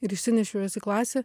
ir išsinešiau juos į klasę